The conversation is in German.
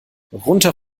runter